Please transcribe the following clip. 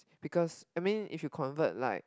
because I mean if you convert like